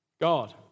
God